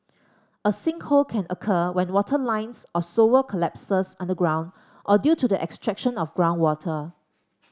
a sinkhole can occur when water lines or sewer collapses underground or due to the extraction of groundwater